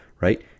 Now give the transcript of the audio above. right